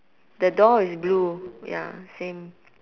the door is blue ya same